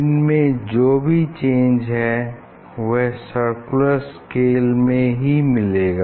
इनमें जो भी चेंज है वह सर्कुलर स्केल में ही मिलेगा